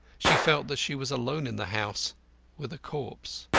she felt that she was alone in the house with a corpse.